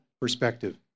perspective